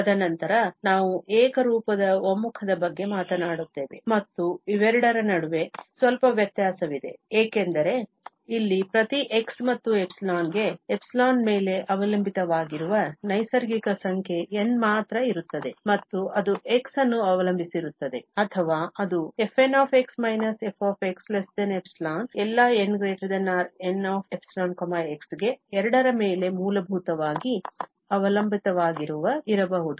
ತದನಂತರ ನಾವು ಏಕರೂಪದ ಒಮ್ಮುಖದ ಬಗ್ಗೆ ಮಾತನಾಡುತ್ತೇವೆ ಮತ್ತು ಇವೆರಡರ ನಡುವೆ ಸ್ವಲ್ಪ ವ್ಯತ್ಯಾಸವಿದೆ ಏಕೆಂದರೆ ಇಲ್ಲಿ ಪ್ರತಿ x ಮತ್ತು ϵ ಗೆ ϵ ಮೇಲೆ ಅವಲಂಬಿತವಾಗಿರುವ ನೈಸರ್ಗಿಕ ಸಂಖ್ಯೆ N ಮಾತ್ರ ಇರುತ್ತದೆ ಮತ್ತು ಅದು x ಅನ್ನು ಅವಲಂಬಿಸಿರುತ್ತದೆ ಅಥವಾ ಅದು |fn f| ϵ ಎಲ್ಲಾ n ≥ N ϵ x ಗೆ ಎರಡರ ಮೇಲೆ ಮೂಲಭೂತವಾಗಿ ಅವಲಂಬಿತವಾಗಿ ಇರಬಹುದು